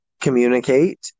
communicate